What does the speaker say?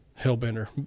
hellbender